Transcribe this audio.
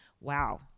wow